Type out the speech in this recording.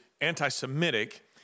anti-Semitic